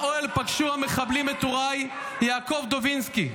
באוהל פגשו המחבלים את טוראי יעקב דובינסקי,